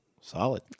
Solid